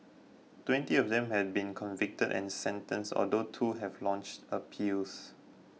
twenty of them have been convicted and sentenced although two have launched appeals